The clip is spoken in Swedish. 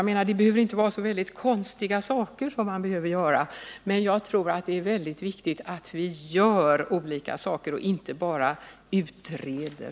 Jag menar alltså att det inte är så konstiga saker man behöver göra. Jag tror att det är väldigt viktigt att vi gör olika saker och inte bara utreder.